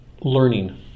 Learning